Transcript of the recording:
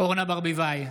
אורנה ברביבאי,